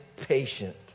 patient